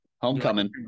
Homecoming